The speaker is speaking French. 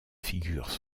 figurent